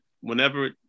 whenever